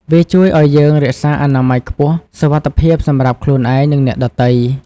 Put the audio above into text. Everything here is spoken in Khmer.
វាជួយឱ្យយើងរក្សាអនាម័យខ្ពស់ សុវត្ថិភាពសម្រាប់ខ្លួនឯង និងអ្នកដទៃ។